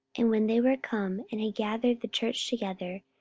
and when they were come, and had gathered the church together,